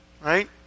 Right